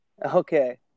Okay